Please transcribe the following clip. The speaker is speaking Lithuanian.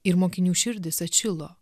ir mokinių širdys atšilo